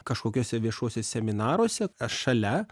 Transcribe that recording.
kažkokiuose viešuose seminaruose šalia